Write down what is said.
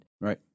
Right